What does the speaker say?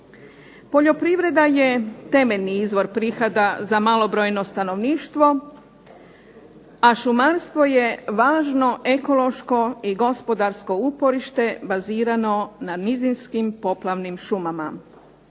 Poljoprivreda je temeljni izvor prihoda za malobrojno stanovništvo, a šumarstvo je važno ekološko i gospodarsko uporište bazirano na nizinskim poplavnim šumama.